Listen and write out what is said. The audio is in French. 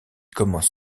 commence